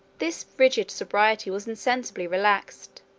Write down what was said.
this rigid sobriety was insensibly relaxed